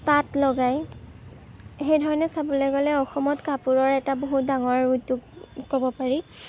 তাঁত লগাই সেই ধৰণে চাবলৈ গ'লে অসমত কাপোৰৰ এটা বহুত ডাঙৰ উদ্যোগ ক'ব পাৰি